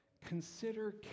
Consider